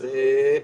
עופר,